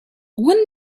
one